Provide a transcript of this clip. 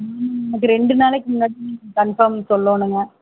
ஆமாம் நமக்கு ரெண்டு நாளைக்கி முன்னாடி நீங்கள் கன்ஃபார்ம் சொல்லணுங்க